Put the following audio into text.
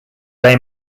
they